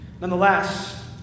Nonetheless